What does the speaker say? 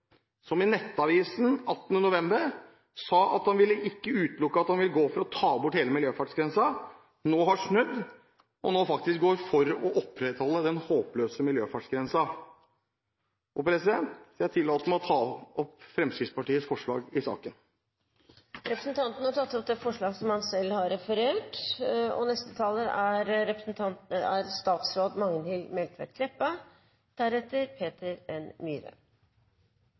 som til Nettavisen 18. november sa at han ikke ville utelukke at han ville gå for å ta bort hele miljøfartsgrensen, nå har snudd og faktisk går for å opprettholde denne håpløse fartsgrensen. Jeg tillater meg å ta opp Fremskrittspartiets forslag i saken. Representanten Bård Hoksrud har tatt opp det forslaget han refererte til. Lat meg fyrst seia nokre ord om bakgrunnen for miljøfartsgrensa i Oslo. Det er